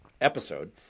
episode